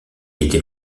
était